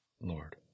Lord